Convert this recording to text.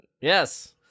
Yes